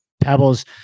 Pebble's-